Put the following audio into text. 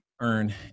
earn